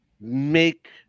make